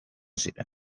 ziren